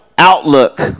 outlook